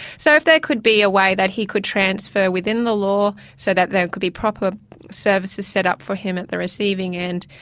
so, if there could be a way that he could transfer within the law so that there could be proper services set up for him at the receiving end,